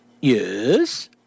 yes